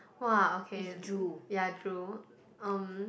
!wah! okay ya true um